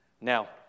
Now